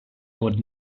would